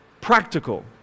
practical